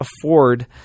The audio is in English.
afford